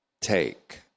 take